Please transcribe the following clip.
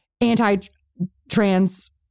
anti-trans